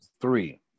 Three